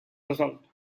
result